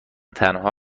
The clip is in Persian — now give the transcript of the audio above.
تنها